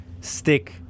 stick